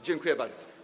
Dziękuję bardzo.